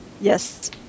Yes